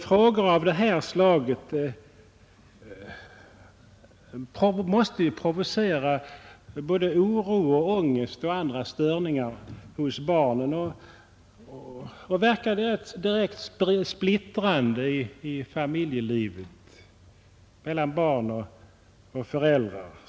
Frågor av det här slaget måste provocera både oro, ångest och andra störningar hos barnen, och det verkar direkt splittrande på familjelivet.